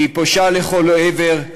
והיא פושה לכל עבר,